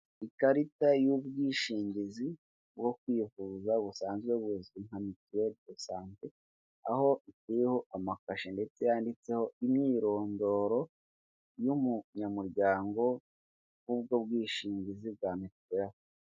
Aha haramamazwa imodoka iri mu bwoko bwa yundayi, kandi iyi modoka ikaba ifite ibara rya giri, aha hari uturango tw'urukiramende twanditsemo amagambo yo mu cyongereza ako hejuru karimo amagambo ari m'ibara ry'umukara usigirije, akandi karimo amagambo ari mu ibara ry'umweru ariko ari mu gakiramende k'ubururu, biragaragara ko iyi modoka iri kwamamazwa iri k'isoko.